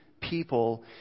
people